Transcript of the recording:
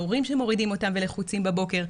ההורים שמורידים אותם ולחוצים בבוקר,